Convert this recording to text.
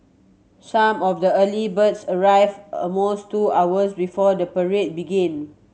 some of the early birds arrived almost two hours before the parade began